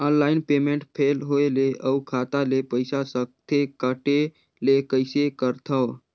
Online payment fail होय ले अउ खाता ले पईसा सकथे कटे ले कइसे करथव?